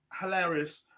hilarious